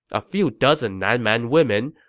a few dozen nan man women,